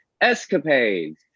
Escapades